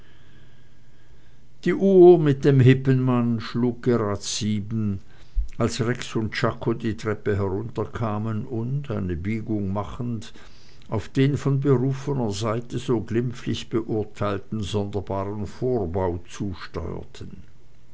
die uhr mit dem hippenmann schlug gerade sieben als rex und czako die treppe herunterkamen und eine biegung machend auf den von berufener seite so glimpflich beurteilten sonderbaren vorbau zusteuerten